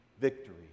victory